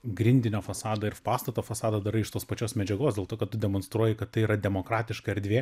grindinio fasadą ir pastato fasadą darai iš tos pačios medžiagos dėl to kad tu demonstruoji kad tai yra demokratiška erdvė